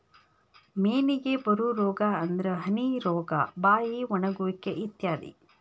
ಮೇನಿಗೆ ಬರು ರೋಗಾ ಅಂದ್ರ ಹನಿ ರೋಗಾ, ಬಾಯಿ ಒಣಗುವಿಕೆ ಇತ್ಯಾದಿ